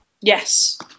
Yes